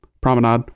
promenade